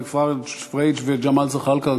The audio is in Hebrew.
חברי הכנסת עיסאווי פריג' וגמאל זחאלקה,